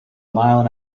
mile